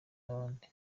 n’abandi